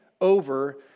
over